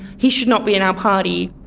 he should not be in our party.